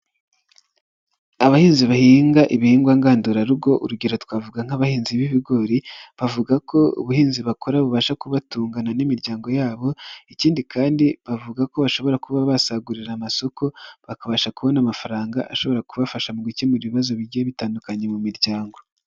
Abahinzi bahinga ibihingwa ngandurarugo urugero twavuga nk'abahinzi b'ibigori, bavuga ko ubuhinzi bakora bubasha kubatungana n'imiryango yabo, ikindi kandi bavuga ko bashobora kuba basagurira amasoko bakabasha kubona amafaranga ashobora kubafasha mu gukemura ibibazo bigiye bitandukanye mu miryango.